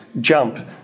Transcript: jump